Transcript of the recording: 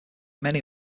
many